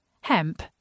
Hemp